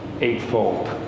eightfold